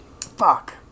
Fuck